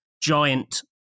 Giant